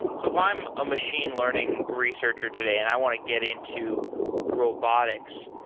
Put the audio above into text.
so if i'm a machine learning researcher today and i want to get into robotics,